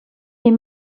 est